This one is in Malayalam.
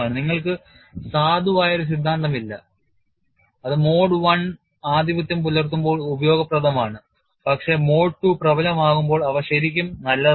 നിങ്ങൾക്ക് സാധുവായ ഒരു സിദ്ധാന്തം ഇല്ല അത് മോഡ് I ആധിപത്യം പുലർത്തുമ്പോൾ ഉപയോഗപ്രദമാണ് പക്ഷേ മോഡ് II പ്രബലമാകുമ്പോൾ അവ ശരിക്കും നല്ലതല്ല